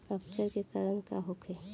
अपच के कारण का होखे?